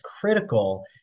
critical